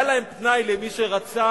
היה להם פנאי למי שרצה,